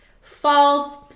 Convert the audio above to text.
False